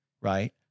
right